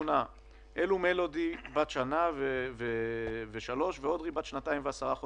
אלו מלודי בת שנה ושלוש ואורלי בת שנתיים ועשרה חודשים.